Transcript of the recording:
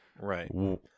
Right